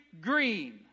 green